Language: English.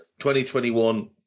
2021